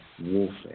warfare